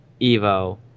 Evo